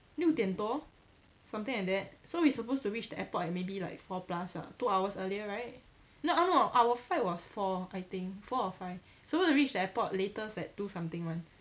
六点多 something like that so we supposed to reach the airport at maybe like four plus ah two hours earlier right n~ err no our flight was four I think four or five supposed to reach the airport latest at two something [one]